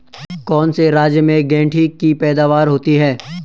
कौन से राज्य में गेंठी की पैदावार होती है?